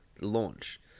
launch